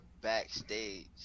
backstage